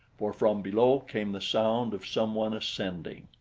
for from below came the sound of some one ascending.